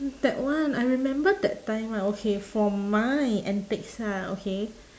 that one I remember that time ah okay for my antics ah okay